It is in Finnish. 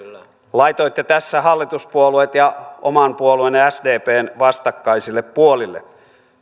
laitoitte tässä hallituspuolueet ja oman puolueenne sdpn vastakkaisille puolille